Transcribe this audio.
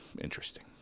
Interesting